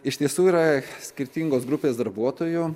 iš tiesų yra skirtingos grupės darbuotojų